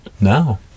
No